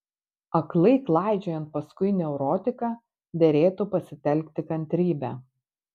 aklai klaidžiojant paskui neurotiką derėtų pasitelkti kantrybę